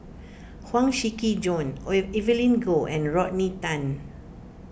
Huang Shiqi Joan Evelyn Goh and Rodney Tan